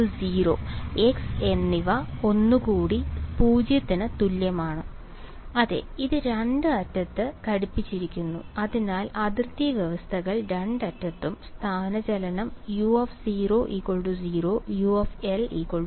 x0 x എന്നിവ ഒന്നുകൂടി 0 ന് തുല്യമാണ് അതെ ഇത് രണ്ട് അറ്റത്ത് ഘടിപ്പിച്ചിരിക്കുന്നു അതിനാൽ അതിർത്തി വ്യവസ്ഥകൾ രണ്ടറ്റത്തും സ്ഥാനചലനം u 0 u 0